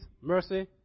mercy